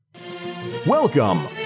Welcome